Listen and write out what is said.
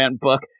book